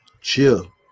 Chill